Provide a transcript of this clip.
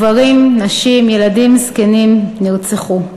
גברים, נשים, ילדים, זקנים, נרצחו.